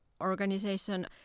organization